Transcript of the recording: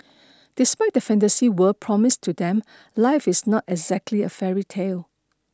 despite the fantasy world promised to them life is not exactly a fairy tale